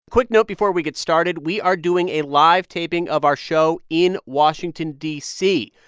quick note before we get started we are doing a live taping of our show in washington, d c.